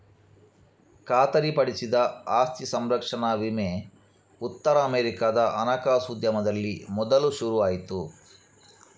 ಖಾತರಿಪಡಿಸಿದ ಆಸ್ತಿ ಸಂರಕ್ಷಣಾ ವಿಮೆ ಉತ್ತರ ಅಮೆರಿಕಾದ ಹಣಕಾಸು ಉದ್ಯಮದಲ್ಲಿ ಮೊದಲು ಶುರು ಆಯ್ತು